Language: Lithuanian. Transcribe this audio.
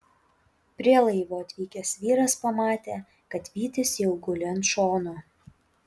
prie laivo atvykęs vyras pamatė kad vytis jau guli ant šono